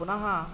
पुनः